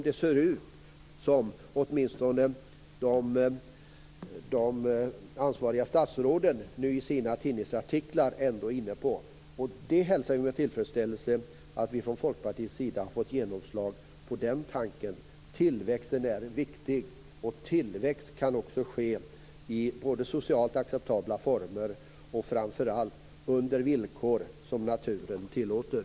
Det ser ut som om åtminstone de ansvariga statsråden nu i sina tidningsartiklar är inne på det. Vi hälsar med tillfredsställelse att vi från Folkpartiet har fått genomslag för den tanken. Tillväxten är viktig. Tillväxt kan också ske både under socialt acceptabla former och framför allt under villkor som naturen tillåter.